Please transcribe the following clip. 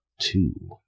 two